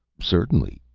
certainly,